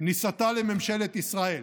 כניסתה לממשלת ישראל